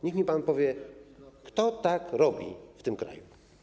Niech mi pan powie, kto tak robi w tym kraju.